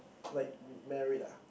like married ah